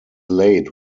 laid